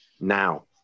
now